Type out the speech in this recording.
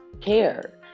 care